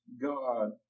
God